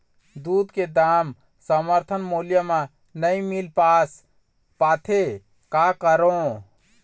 दूध के दाम समर्थन मूल्य म नई मील पास पाथे, का करों?